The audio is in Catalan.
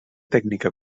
tècnica